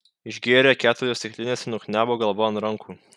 išgėrė keturias stiklines ir nuknebo galva ant rankų